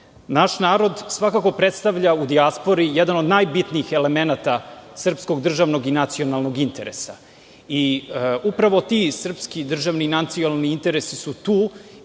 Naš narod svakako predstavlja u dijaspori jedan od najbitnih elemenata srpskog državnog i nacionalnog interesa. Upravo ti srpski državni i nacionalni interesi su tu